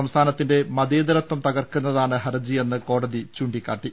സംസ്ഥാനത്തിന്റെ മതേതരത്വം തകർക്കുന്നതാണ് ഹർജിയെന്ന് കോടതി ചൂണ്ടിക്കാട്ടി